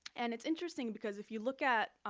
and it's interesting, because if you look at,